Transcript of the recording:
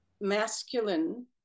masculine